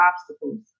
obstacles